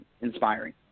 inspiring